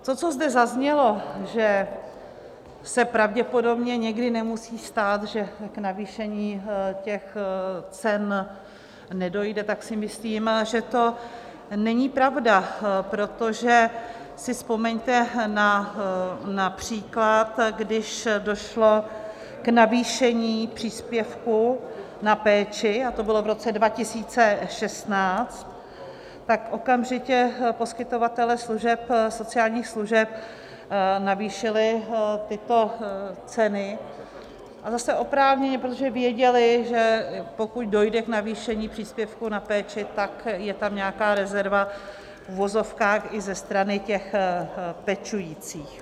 To, co zde zaznělo, že se pravděpodobně někdy nemusí stát, že k navýšení těch cen nedojde, tak si myslím, že to není pravda, protože si vzpomeňte na příklad, když došlo k navýšení příspěvku na péči, a to bylo v roce 2016, tak okamžitě poskytovatelé sociálních služeb navýšili tyto ceny, a zase oprávněně, protože věděli, že pokud dojde k navýšení příspěvku na péči, tak je tam nějaká rezerva, v uvozovkách, i ze strany těch pečujících.